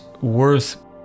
worth